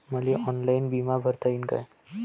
मले ऑनलाईन बिमा भरता येईन का?